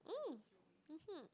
mm mmhmm